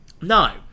No